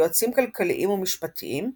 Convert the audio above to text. יועצים כלכלים ומשפטיים,